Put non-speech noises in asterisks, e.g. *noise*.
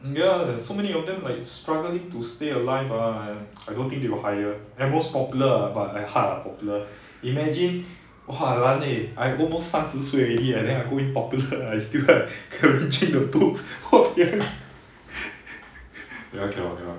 ya there is so many of them like struggling to stay alive ah I don't think they will hire at most Popular lah but like hard ah Popular imagine !wahlan! eh I almost 三十岁 already leh then I go in Popular I still have *laughs* have to check the books !wahpiang! *laughs* that one cannot cannot